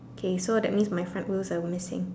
K so that means my front wheels are missing